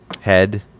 head